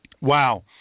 Wow